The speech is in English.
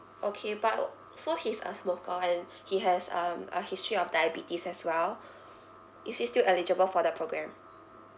okay but oo so he's a smoker and he has um a history of diabetes as well is he still eligible for the programme